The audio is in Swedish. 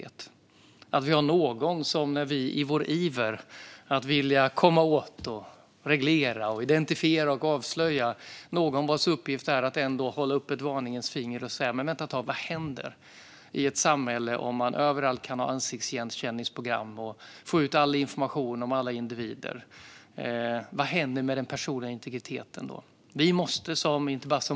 Det måste finnas någon som, där vi i vår iver att komma åt, reglera, identifiera och avslöja, har till uppgift att hålla upp ett varningens finger och säga: Vänta ett tag! Vad händer i ett samhälle där det överallt ska finnas ansiktsigenkänningsprogram och där det ska vara möjligt att få ut all information om alla individer? Vad händer då med den personliga integriteten?